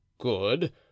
Good